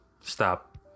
stop